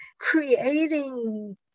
creating